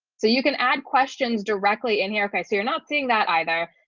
so you can add questions directly in here, okay, so you're not seeing that either.